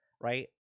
right